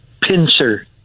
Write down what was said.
pincer